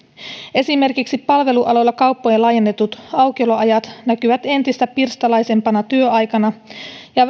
esimerkiksi palvelualoilla kauppojen laajennetut aukioloajat näkyvät entistä pirstaleisempana työaikana ja